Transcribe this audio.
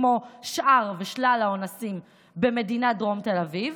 כמו שאר ושלל האונסים במדינת דרום תל אביב,